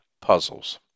Puzzles